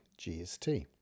GST